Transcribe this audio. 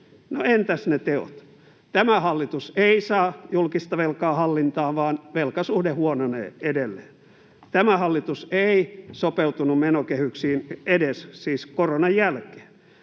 entäs ne teot? Tämä hallitus ei saa julkista velkaa hallintaan, vaan velkasuhde huononee edelleen. Tämä hallitus ei sopeutunut menokehyksiin, siis edes koronan jälkeen.